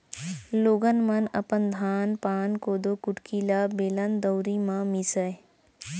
लोगन मन अपन धान पान, कोदो कुटकी ल बेलन, दउंरी म मीसय